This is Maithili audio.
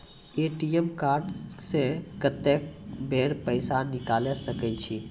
ए.टी.एम कार्ड से कत्तेक बेर पैसा निकाल सके छी?